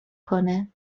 کنه